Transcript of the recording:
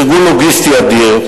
ארגון לוגיסטי אדיר,